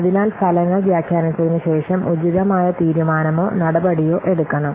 അതിനാൽ ഫലങ്ങൾ വ്യാഖ്യാനിച്ചതിന് ശേഷം ഉചിതമായ തീരുമാനമോ നടപടിയോ എടുക്കണം